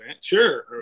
Sure